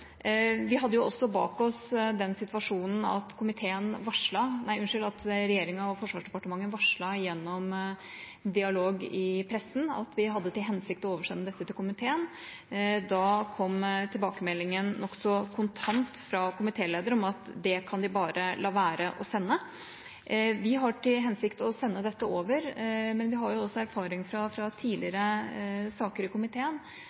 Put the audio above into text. Vi hadde også bak oss den situasjonen at regjeringa og Forsvarsdepartementet varslet gjennom dialog i pressen at vi hadde til hensikt å oversende dette til komiteen. Da kom tilbakemeldingen nokså kontant fra komitélederen om at det kunne vi bare la være å sende. Vi har til hensikt å sende dette over, men vi har den erfaring fra tidligere saker i komiteen